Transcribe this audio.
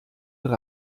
auch